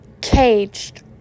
caged